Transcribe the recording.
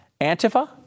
Antifa